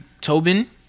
Tobin